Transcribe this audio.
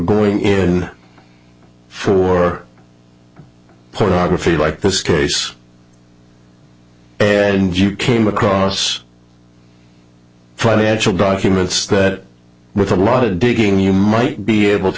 going in for pornography like this case and you came across financial documents that with a lot of digging you might be able to